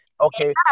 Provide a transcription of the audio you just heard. Okay